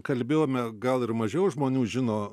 kalbėjome gal ir mažiau žmonių žino